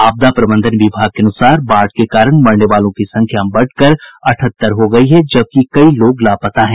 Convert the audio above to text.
आपदा प्रबंधन विभाग के अनुसार बाढ़ के कारण मरने वालों की संख्या बढ़कर अठहत्तर हो गयी है जबकि कई लोग लापता हैं